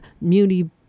muni